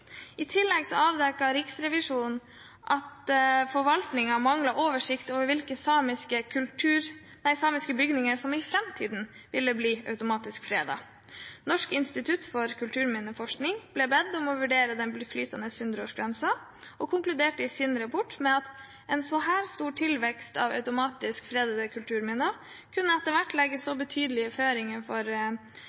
Norsk institutt for kulturminneforskning ble bedt om å vurdere den flytende 100-årsgrensen og konkluderte i sin rapport med at en så stor tilvekst av automatisk fredede kulturminner etter hvert kunne legge betydelige føringer for